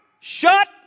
shut